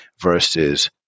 versus